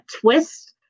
twist